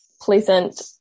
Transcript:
pleasant